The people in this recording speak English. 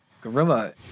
gorilla